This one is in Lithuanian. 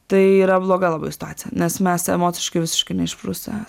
tai yra bloga labai situacija nes mes emociškai visiškai neišprusę